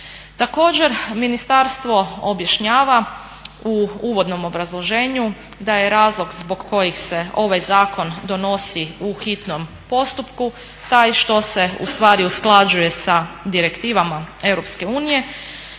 Također, ministarstvo objašnjava u uvodnom obrazloženju da je razlog zbog kojeg se ovaj zakon donosi u hitnom postupku taj što se ustvari usklađuje sa direktivama EU